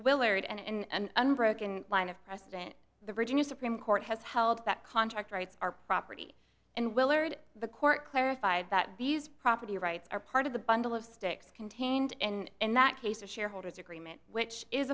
willard and unbroken line of precedent the virginia supreme court has held that contract rights are property and willard the court clarified that views property rights are part of the bundle of sticks contained and in that case the shareholders agreement which is